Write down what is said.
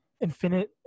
infinite